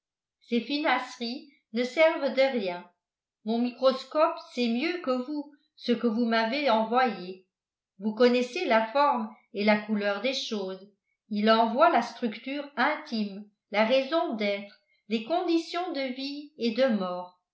ces finasseries ne servent de rien mon microscope sait mieux que vous ce que vous m'avez envoyé vous connaissez la forme et la couleur des choses il en voit la structure intime la raison d'être les conditions de vie et de mort